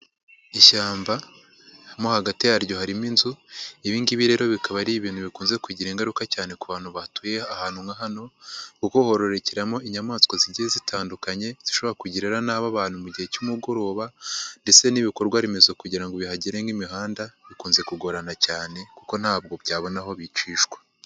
Ishyamba mo hagati yaryo harimo inzu, ibingibi rero bikaba ari ibintu bikunze kugira ingaruka cyane ku bantu batuye ahantu nka hano, kuko hororokeramo inyamaswa zigiye zitandukanye zishobora kugirira nabi abantu mu gihe cy'umugoroba, ndetse n'ibikorwa remezo kugira ngo bihagere nk'imihanda, bikunze kugorana cyane, kuko ntabwo byabona aho bicishwa.